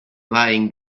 lying